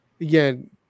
again